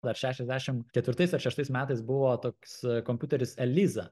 dar šešiasdešim ketvirtais ar šeštais metais buvo toks kompiuteris eliza